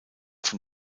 von